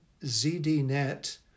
ZDNet